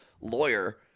lawyer